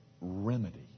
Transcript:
remedy